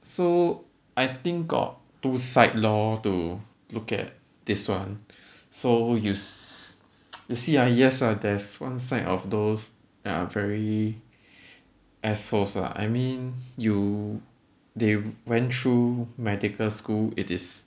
so I think got two side lor to look at this [one] so you~ you see ah yes lah there's one side of those that are very assholes lah I mean you they went through medical school it is